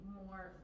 more